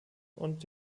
und